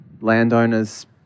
landowners